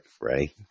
right